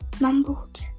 mumbled